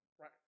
Right